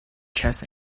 chess